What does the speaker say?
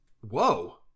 Whoa